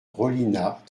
rollinat